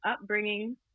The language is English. upbringing